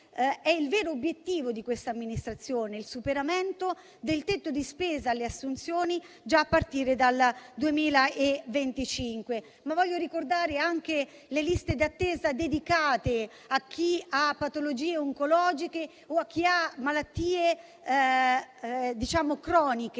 è il vero obiettivo di questa amministrazione: il superamento del tetto di spesa per le assunzioni già a partire dal 2025. Ma voglio ricordare anche le liste d'attesa dedicate a chi ha patologie oncologiche o a chi ha malattie croniche,